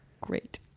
Great